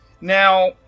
Now